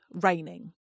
raining